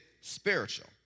spiritual